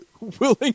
Willing